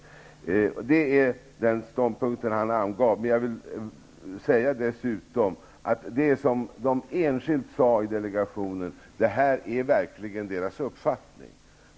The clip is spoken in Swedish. Det är den ståndpunkt som han angav. Jag vill dessutom säga att de i delegationen ingående personerna sade enskilt att detta verkligen var deras uppfattning.